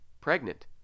pregnant